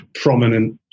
prominent